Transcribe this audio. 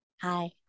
Hi